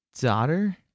daughter